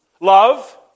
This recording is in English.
Love